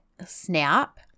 snap